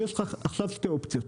אז יש לך עכשיו שתי אופציות: